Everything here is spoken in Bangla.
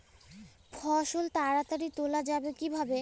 ফসল তাড়াতাড়ি তোলা যাবে কিভাবে?